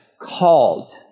called